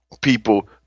people